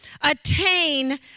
attain